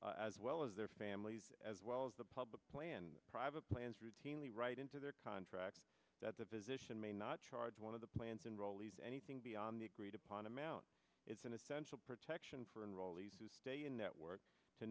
patients as well as their families as well as the public plan private plans routinely write into their contracts that the physician may not charge one of the plans enrollees anything beyond the agreed upon amount it's an essential protection for enrollees to stay in network to